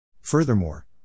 Furthermore